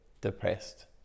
depressed